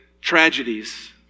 tragedies